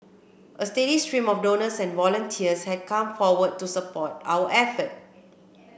a steady stream of donors and volunteers has come forward to support our effort